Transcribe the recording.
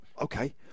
okay